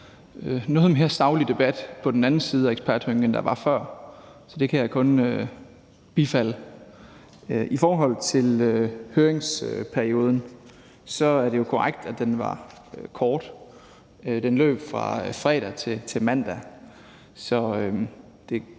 noget mere saglig debat på den anden side af eksperthøringen, end der var før. Så det kan jeg kun bifalde. I forhold til høringsperioden er det jo korrekt, at den var kort. Den løb fra fredag til mandag,